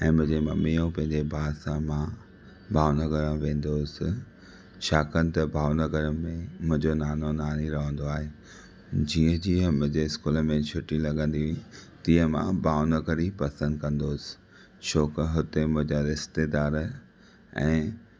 ऐ मुंहिंजे मंमी ओ पंहिंजे भा सां मां भावनगर में वेंदो हुअसि छाकाणि त भावनगर में मुंहिंजो नानो नानी रवंदो आहे जीअं जीअं मुंहिंजे स्कूल में छटी लॻंदी हुई तीअं मां भावनगर ही पसंद कंदो हुयसि छो कह हुते मुंहिंजा रिश्तेदार ऐं